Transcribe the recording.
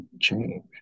change